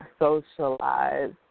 socialize